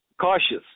cautious